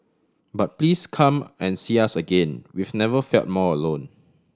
but please come and see us again we've never felt more alone